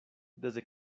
desde